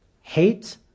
Hate